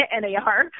NAR